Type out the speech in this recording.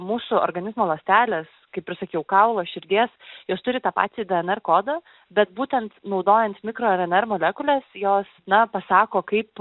mūsų organizmo ląstelės kaip ir sakiau kaulo širdies jos turi tą patį dnr kodą bet būtent naudojant mikro rnr molekules jos na pasako kaip